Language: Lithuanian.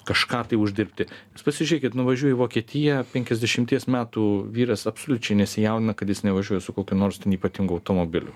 kažką uždirbti jūs pasižiūrėkit nuvažiuoji į vokietiją penkiasdešimties metų vyras absoliučiai nesijaudina kad jis nevažiuoja su kokiu nors ten ypatingu automobiliu